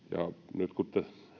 nyt kun tätä